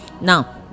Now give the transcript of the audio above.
Now